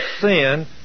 sin